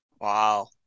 Wow